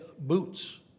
boots